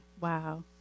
Wow